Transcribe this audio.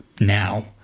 now